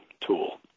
tool